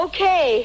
Okay